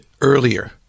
earlier